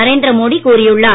நரேந்திர மோடி கூறியுள்ளார்